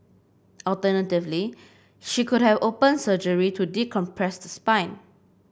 alternatively she could have open surgery to decompress the spine